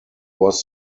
was